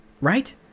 right